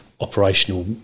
Operational